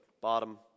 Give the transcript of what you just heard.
bottom